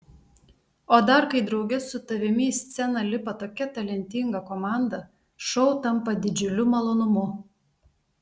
o dar kai drauge su tavimi į sceną lipa tokia talentinga komanda šou tampa didžiuliu malonumu